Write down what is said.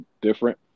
different